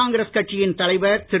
காங்கிரஸ் கட்சியின் தலைவர் திரு